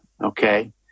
Okay